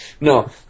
No